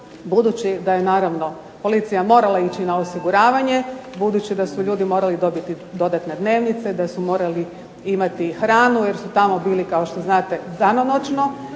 budući da je naravno policija morala ići na osiguravanje, budući da su ljudi morali dobiti dodatne dnevnice, da su morali imati hranu jer su tamo bili kao što znate danonoćno,